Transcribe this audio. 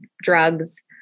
drugs